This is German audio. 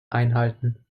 einhalten